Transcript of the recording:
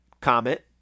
comment